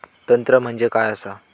तंत्र म्हणजे काय असा?